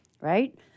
Right